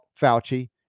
Fauci